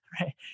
right